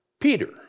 Peter